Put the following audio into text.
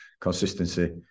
consistency